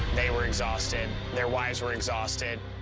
they were exhausted, their wives were exhausted.